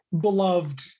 beloved